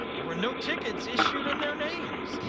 there were no tickets issued in their name.